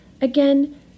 Again